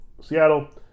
Seattle